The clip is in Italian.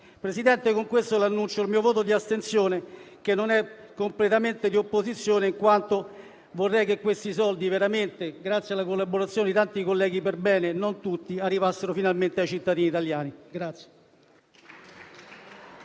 Presidente, annuncio il mio voto di astensione, che non è completamente di opposizione in quanto vorrei che questi soldi, grazie alla collaborazione di tanti colleghi perbene, anche se non tutti, arrivassero finalmente ai cittadini italiani.